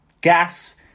gas